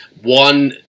One